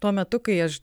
tuo metu kai aš